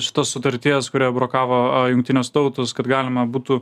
šitos sutarties kurią brokavo jungtinės tautos kad galima būtų